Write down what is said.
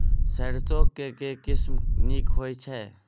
सैरसो केँ के किसिम नीक होइ छै?